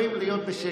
די, מספיק.